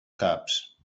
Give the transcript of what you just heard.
caps